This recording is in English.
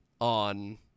on